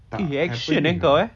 tak happening